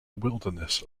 wilderness